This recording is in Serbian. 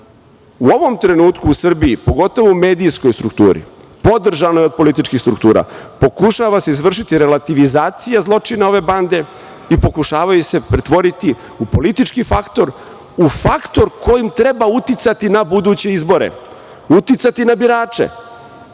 ovom trenutku u Srbiji, pogotovo u medijskoj strukturi, podržano je od političkih struktura, pokušava se izvršiti relativizacija zločina ove bande i pokušavaju se pretvoriti u politički faktor, u faktor kojim treba uticati na buduće izbore, uticati na birače.